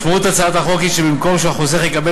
משמעות הצעת החוק היא שבמקום שהחוסך יקבל